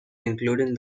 including